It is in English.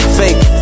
fake